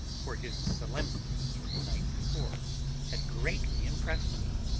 for his solemnity of the night before had greatly impressed me.